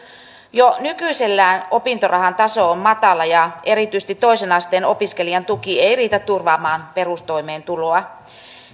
jo nykyisellään opintorahan taso on matala ja erityisesti toisen asteen opiskelijan tuki ei riitä turvaamaan perustoimeentuloa